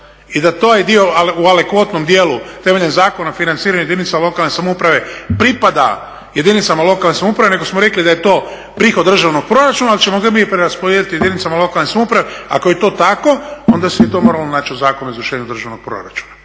a to je dohodak i … dijelu temeljem Zakona o financiranju jedinica lokalne samouprave pripada jedinicama lokalne samouprave, nego smo rekli da je to prihod državnog proračuna, ali ćemo ga mi preraspodijeliti jedinicama lokalne samouprave, ako je to tako, onda se i to moralo naći u Zakonu o izvršenju državnog proračuna